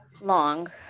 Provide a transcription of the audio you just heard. long